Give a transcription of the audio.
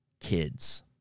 kids